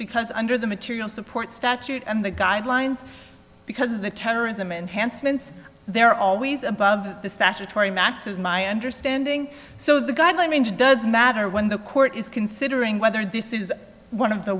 because under the material support statute and the guidelines because of the terrorism enhancement they're always above the statutory max is my understanding so the guideline range does matter when the court is considering whether this is one of the